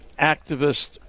activist